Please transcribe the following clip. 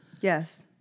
Yes